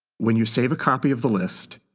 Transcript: when you save a copy of the list,